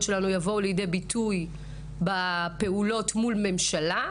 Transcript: שלנו יבואו לידי ביטוי בפעולות מול הממשלה,